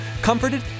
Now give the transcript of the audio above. comforted